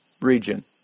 region